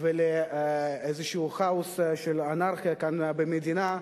ולאיזה כאוס של אנרכיה כאן במדינה,